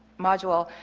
module.